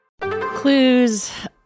Clues